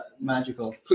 magical